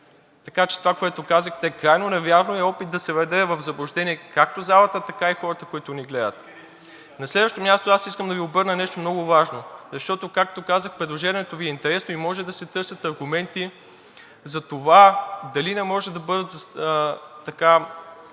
Така че това, което казахте, е крайно невярно и е опит да се въведе в заблуждение както залата, така и хората, които ни гледат. На следващо място аз искам да Ви обърна внимание на нещо, което е много важно, защото, както казах, предложението Ви е интересно и може да се търсят аргументи за това дали не може да бъдат